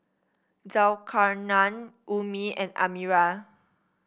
Zulkarnain Ummi and Amirah